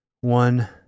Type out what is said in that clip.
one